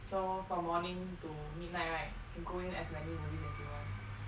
so from morning to midnight right can go in as many movies as you want